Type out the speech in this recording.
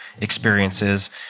experiences